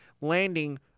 landing